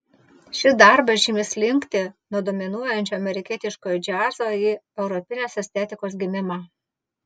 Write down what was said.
šis darbas žymi slinktį nuo dominuojančio amerikietiškojo džiazo į europinės estetikos gimimą